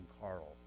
Carl